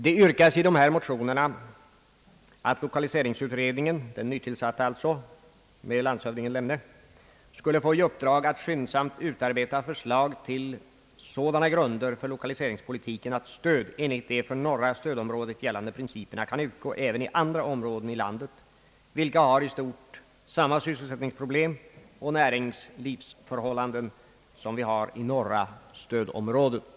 Det yrkas i motionerna att den nytillsatta lokaliseringsutredningen med landshövding Lemne i spetsen skulle få i uppdrag att skyndsamt utarbeta för slag till sådana grunder för lokaliseringspolitiken, att stöd enligt de för norra stödområdet gällande principerna kan utgå även i andra områden av landet, vilka i stort har samma sysselsättningsproblem och näringslivsförhållanden som norra stödområdet.